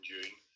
June